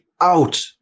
out